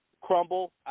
crumble